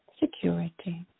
security